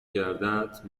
کردت